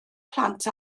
plant